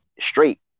straight